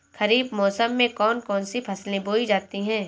खरीफ मौसम में कौन कौन सी फसलें बोई जाती हैं?